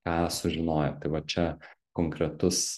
ką sužinojot tai va čia konkretus